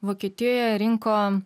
vokietijoje rinko